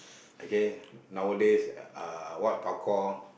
okay nowadays uh what parkour